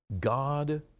God